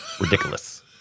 Ridiculous